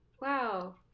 wow